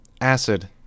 Acid